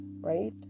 right